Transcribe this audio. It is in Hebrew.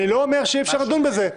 אני לא אומר שאי אפשר לדון בזה.